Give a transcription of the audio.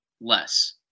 less